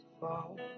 fall